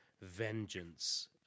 vengeance